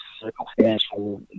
circumstantial